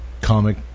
comic